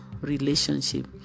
relationship